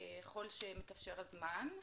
ככל שמתאפשר הזמן.